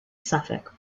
suffolk